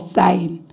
thine